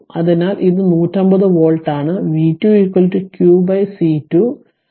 അതിനാൽ ഇത് 150 വോൾട്ട് ആണ് v2 q C2 ആയിരിക്കും